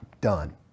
done